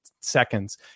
seconds